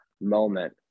moment